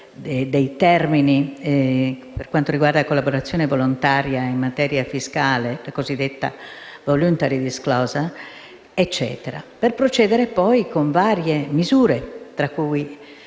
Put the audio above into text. dei termini per quanto riguarda la collaborazione volontaria in materia fiscale, la cosiddetta *voluntary disclosure*. Per procedere, poi, con varie misure come